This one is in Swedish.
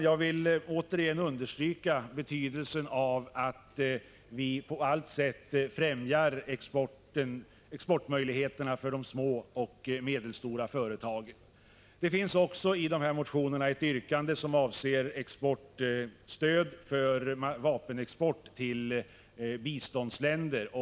Jag vill återigen understryka betydelsen av att vi på allt sätt främjar exportmöjligheterna för de små och medelstora företagen. Det finns också i de här aktuella motionerna ett yrkande som avser stöd för vapenexport till biståndsländer.